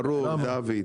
ברור, דוד.